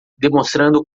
demonstrando